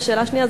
ושאלה שנייה,